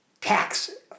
Tax